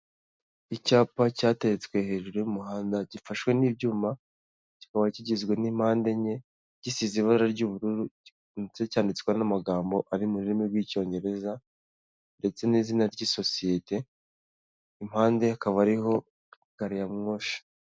Icyapa cyateretswe hejuru y'umuhanda gifashwe n'ibyuma, kikaba kigizwe n'impande enye gisize ibara ry'ubururu cyandikwa n'amagambo ari mu rurimi rw'icyongereza ndetse n'izina ry'isosiyete impande hakaba hariho gariyamosha.